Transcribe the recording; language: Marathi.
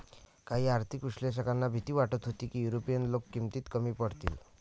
काही आर्थिक विश्लेषकांना भीती वाटत होती की युरोपीय लोक किमतीत कमी पडतील